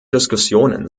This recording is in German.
diskussionen